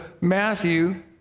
Matthew